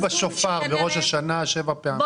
תקעו בשופר בראש השנה שבע פעמים.